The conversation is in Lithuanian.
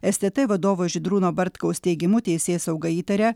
stt vadovo žydrūno bartkaus teigimu teisėsauga įtaria